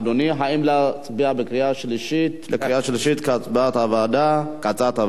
אדוני, האם להצביע בקריאה שלישית, כהצעת הוועדה?